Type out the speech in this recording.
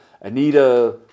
Anita